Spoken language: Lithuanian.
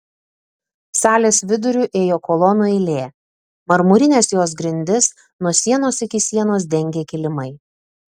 salės viduriu ėjo kolonų eilė marmurines jos grindis nuo sienos iki sienos dengė kilimai